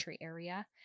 area